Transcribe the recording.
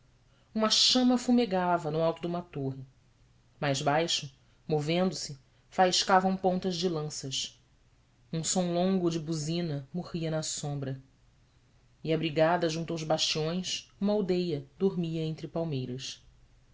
uma chama fumegava no alto de uma torre mais baixo movendo-se faiscavam pontas de lanças um som longo de buzina morria na sombra e abrigada junto aos bastiões uma aldeia dormia entre palmeiras